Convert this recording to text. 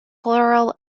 floral